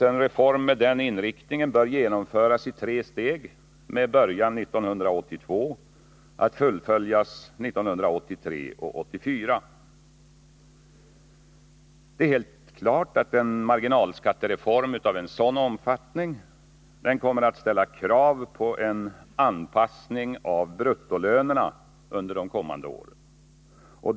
En reform med den inriktningen bör genomföras i tre steg med början 1982 och ett fullföljande 1983 och 1984. Det är helt klart att en marginalskattereform av en sådan omfattning kommer att ställa krav på en anpassning av bruttolönerna under de kommande åren.